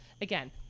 again